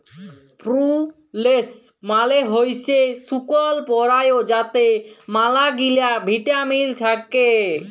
প্রুলেস মালে হইসে শুকল বরাই যাতে ম্যালাগিলা ভিটামিল থাক্যে